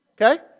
Okay